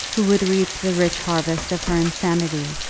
who would reap the rich harvest of her insanity?